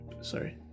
Sorry